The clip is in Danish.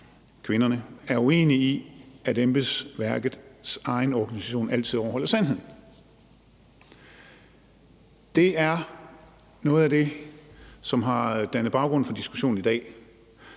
-kvinderne er uenig i, at embedsværkets egen organisation altid overholder sandheden. Det er noget af det, som har dannet baggrund for diskussionen i dag.